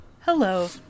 Hello